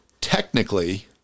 technically